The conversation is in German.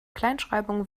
kleinschreibung